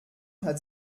hat